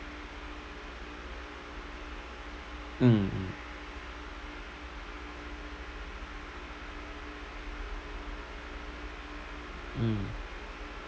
mm mm mm